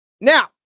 Now